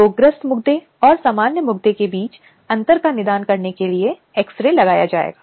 अगली बात जो महत्वपूर्ण है वह अंतरिम उपायों के लिए पूछ सकती है